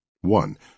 one